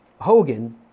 Hogan